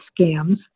scams